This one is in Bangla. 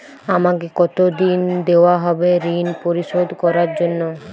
আমাকে কতদিন দেওয়া হবে ৠণ পরিশোধ করার জন্য?